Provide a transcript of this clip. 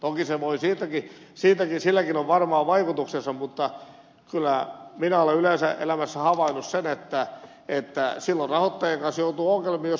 toki se voi siitäkin johtua silläkin on varmaan vaikutuksensa mutta kyllä minä olen yleensä elämässä havainnut sen että silloin rahoittajien kanssa joutuu ongelmiin jos on velkaa